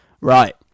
Right